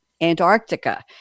Antarctica